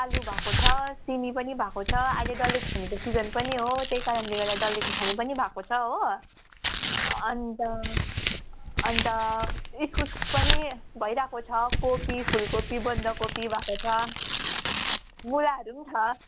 आलु भएको छ सिमी पनि भएको छ अहिले डल्ले खोर्सानीको सिजन पनि हो त्यही कारणले गर्दा डल्ले खोर्सानी पनि भएको छ हो अन्त अन्त इस्कुस पनि भइरहेको छ कोपी फुलकोपी बन्दाकोपी भएको छ मुलाहरू पनि छ